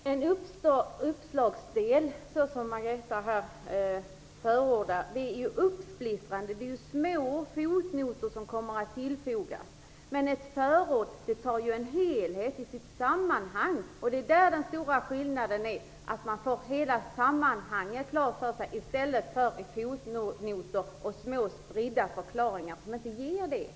Herr talman! En uppslagsdel, såsom Elisabeth Fleetwood förordar, är uppsplittrande. Det är små fotnoter som kommer att tillfogas. Ett förord ger ju en helhet och ett sammanhang. Det är den stora skillnaden. Man får hela sammanhanget klart för sig. Fotnoter och små spridda förklaringar ger inte detta sammanhang.